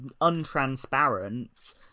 untransparent